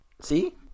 See